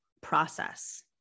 process